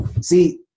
see